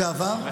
זה עבר.